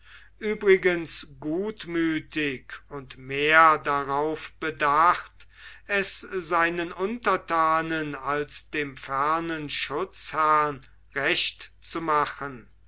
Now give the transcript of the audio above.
übrigens gutmütig und mehr darauf bedacht es seinen untertanen als dem fernen schutzherrn recht zu machen